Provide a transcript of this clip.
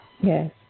Yes